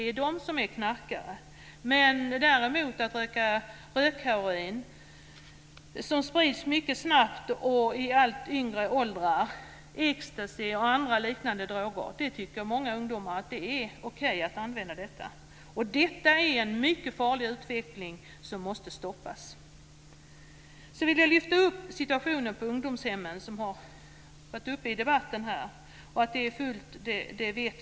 Däremot anser många av dem det vara okej att bruka rökheroin, ecstasy, som sprids mycket snabbt ned i allt lägre åldrar, och andra liknande droger. Detta är en mycket farlig utveckling, som måste stoppas. Jag vill också lyfta fram situationen på ungdomshemmen, som har varit uppe i debatten här. Vi vet att det är fullt på dem.